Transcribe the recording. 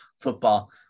football